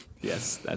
Yes